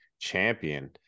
champion